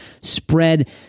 spread